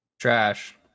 Trash